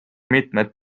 mitmed